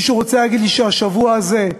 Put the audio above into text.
מישהו רוצה להגיד לי שהשבוע הזה,